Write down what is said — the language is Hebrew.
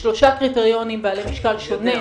שלושה קריטריונים בעלי משקל שונה,